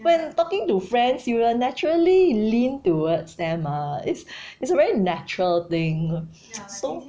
when talking to friends you will naturally lean towards them ah it's it's a very natural thing so